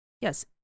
Yes